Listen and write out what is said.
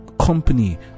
company